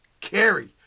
Carry